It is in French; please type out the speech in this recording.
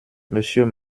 monsieur